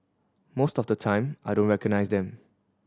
most of the time I don't recognise them